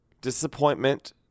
Disappointment